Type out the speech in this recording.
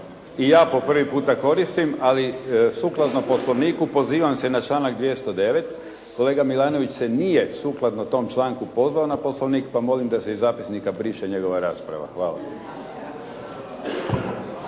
I ja po prvi puta koristim, ali sukladno Poslovniku pozivam se na članak 209. Kolega Milanović se nije sukladno tom članku pozvao na Poslovnik, pa molim da se iz zapisnika briše njegova rasprava. Hvala.